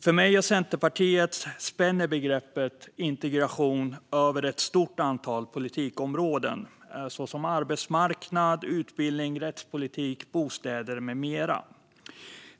För mig och Centerpartiet spänner begreppet integration över ett stort antal politikområden såsom arbetsmarknad, utbildning, rättspolitik och bostäder.